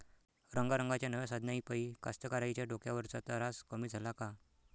रंगारंगाच्या नव्या साधनाइपाई कास्तकाराइच्या डोक्यावरचा तरास कमी झाला का?